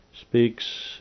Speaks